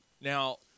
Now